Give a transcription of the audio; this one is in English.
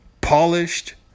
polished